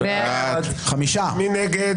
מי נגד?